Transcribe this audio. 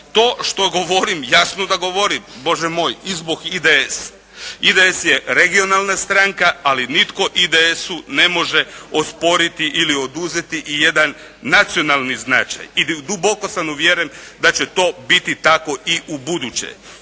To što govorim, jasno da govorim Bože moj i zbog IDS. IDS je regionalna stranka ali nitko IDS-u ne može osporiti ili oduzeti i jedan nacionalni značaj. I duboko sam uvjeren da će to biti i ubuduće.